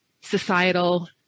societal